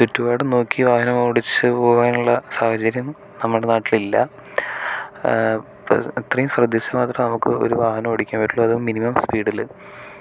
ചുറ്റുപാടും നോക്കി വാഹനം ഓടിച്ചു പോകാനുള്ള സാഹചര്യം നമ്മുടെ നാട്ടിലില്ല അത്രയും ശ്രദ്ധിച്ച് മാത്രമേ നമുക്ക് ഒരു വാഹനം ഓടിക്കാൻ പറ്റുള്ളൂ അതും മിനിമം സ്പീഡിൽ